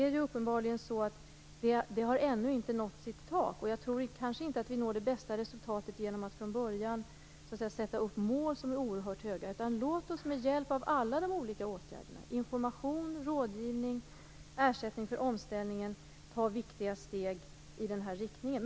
Det har uppenbarligen ännu inte nått sitt tak, och jag tror kanske inte att vi når det bästa resultatet genom att från början sätta upp mål som är oerhört höga. Låt oss i stället med hjälp av alla de olika åtgärderna - information, rådgivning och ersättning för omställningen - ta viktiga steg i den här riktningen.